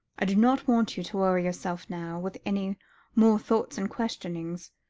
i do not want you to worry yourself now, with any more thoughts and questionings.